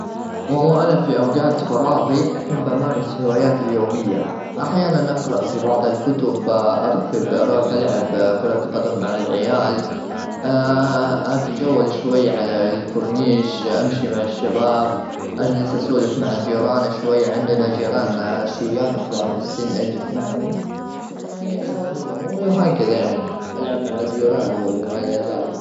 والله، أنا في أوجات فراغي أحب أمارس هواياتي اليومية، أحيانا أقرأ في بعض الكتب، أروح ألعب كرة قدم مع العيال. أتجول شوي على الكورنيش. أمشي مع الشباب. أجلس أسولف مع الجيران شوي عندنا جيرانا شياب كبار في السن. أجلس معهم. يعني أقضي أموري وهكذا يعني. ألعب مع الجيران وما إلى ذلك.